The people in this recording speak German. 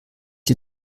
die